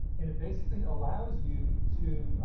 and it basically allows you to,